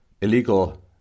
illegal